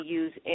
use